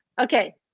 okay